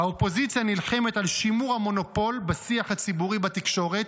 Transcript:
האופוזיציה נלחמת על שימור המונופול בשיח הציבורי בתקשורת,